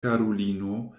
karulino